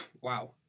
Wow